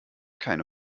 keine